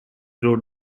wrote